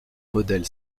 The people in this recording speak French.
modèle